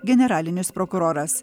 generalinis prokuroras